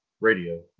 radio